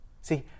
See